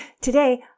Today